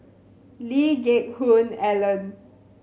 Lee Geck Hoon Ellen